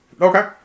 Okay